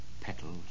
petals